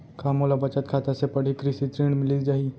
का मोला बचत खाता से पड़ही कृषि ऋण मिलिस जाही?